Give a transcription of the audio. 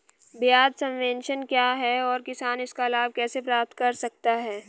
ब्याज सबवेंशन क्या है और किसान इसका लाभ कैसे प्राप्त कर सकता है?